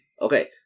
Okay